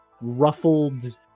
ruffled